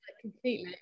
completely